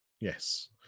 yes